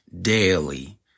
daily